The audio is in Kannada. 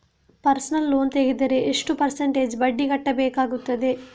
ಪರ್ಸನಲ್ ಲೋನ್ ತೆಗೆದರೆ ಎಷ್ಟು ಪರ್ಸೆಂಟೇಜ್ ಬಡ್ಡಿ ಕಟ್ಟಬೇಕಾಗುತ್ತದೆ?